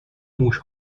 موش